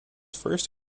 first